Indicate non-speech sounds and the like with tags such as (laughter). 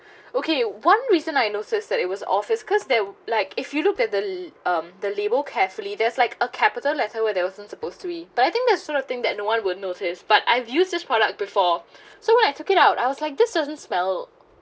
okay one reason I notice that it was office cause they were like if you looked at the l~ um the label carefully there's like a capital letter where there wasn't supposed to be but I think that sort of thing that no one would notice but I've used this product before (breath) so when I took it out I was like this doesn't smell